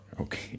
Okay